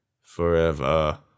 Forever